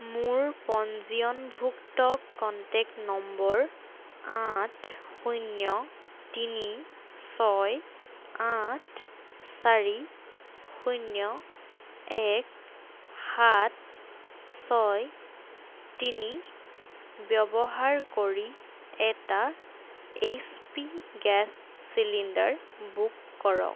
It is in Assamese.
মোৰ পঞ্জীয়নভুক্ত কন্টেক্ট নম্বৰ আঠ শূন্য তিনি ছয় আঠ চাৰি শূন্য এক সাত ছয় তিনি ব্যৱহাৰ কৰি এটা H P gas cylinder book কৰক